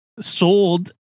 sold